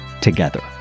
together